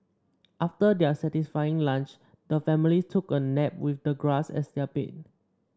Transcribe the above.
after their satisfying lunch the family took a nap with the grass as their bed